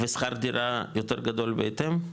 ושכר דירה יותר גדול בהתאם?